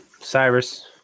Cyrus